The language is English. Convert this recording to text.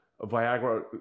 Viagra